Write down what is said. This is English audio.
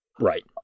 Right